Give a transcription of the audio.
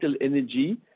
energy